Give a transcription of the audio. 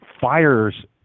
fires